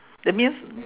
that means